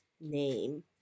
name